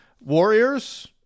Warriors